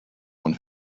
one